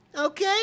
Okay